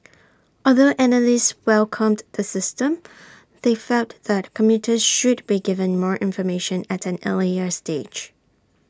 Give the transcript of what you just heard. although analysts welcomed the system they felt that commuters should be given more information at an earlier stage